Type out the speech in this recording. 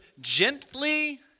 gently